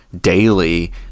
daily